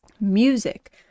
Music